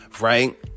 Right